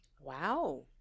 Wow